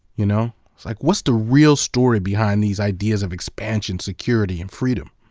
you know like what's the real story behind these ideas of expansion, security, and freedom?